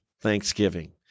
thanksgiving